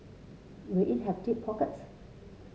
will it have deep pockets